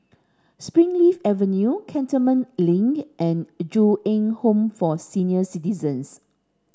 Springleaf Avenue Cantonment Link and Ju Eng Home for Senior Citizens